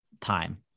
time